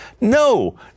no